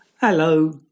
Hello